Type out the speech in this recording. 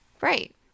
right